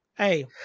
Hey